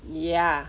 ya